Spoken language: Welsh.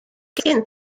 gen